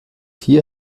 hier